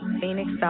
Phoenix